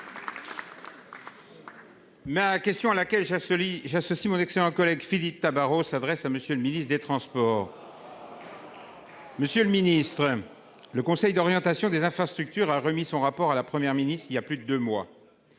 Ma question à laquelle ça se lit j'associe mon excellent collègue Philippe Tabarot s'adresse à monsieur le ministre des Transports. Monsieur le ministre. Le conseil d'orientation des infrastructures a remis son rapport à la Première ministre il y a plus de 2 mois.